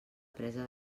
presa